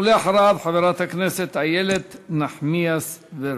ולאחריו, חברת הכנסת איילת נחמיאס ורבין.